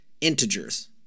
integers